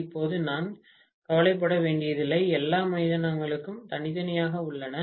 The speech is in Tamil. இப்போது நான் கவலைப்பட வேண்டியதில்லை எல்லா மைதானங்களும் தனித்தனியாக உள்ளன